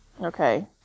Okay